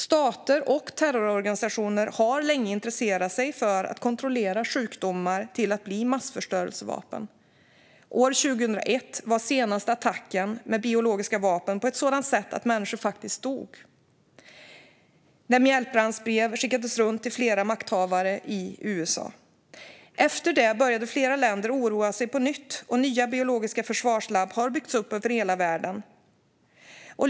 Stater och terrororganisationer har länge intresserat sig för att kontrollera sjukdomar till att bli massförstörelsevapen. År 2001 skedde den senaste attacken med biologiska vapen på ett sådant sätt att människor faktiskt dog när mjältbrandsbrev skickades runt till flera makthavare i USA. Efter det började flera länder oroa sig på nytt, och nya biologiska försvarslabb har byggts över hela världen.